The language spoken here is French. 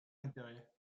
d’intérêt